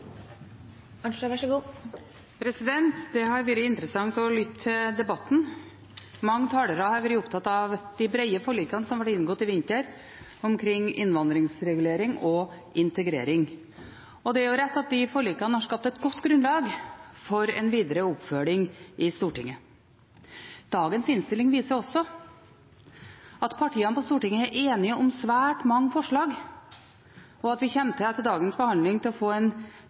Det har vært interessant å lytte til debatten. Mange talere har vært opptatt av de brede forlikene som ble inngått i vinter omkring innvandringsregulering og integrering. Det er riktig at de forlikene har skapt et godt grunnlag for en videre oppfølging i Stortinget. Dagens innstilling viser også at partiene på Stortinget er enige om svært mange forslag, og at vi etter dagens behandling kommer til å få en